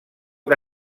que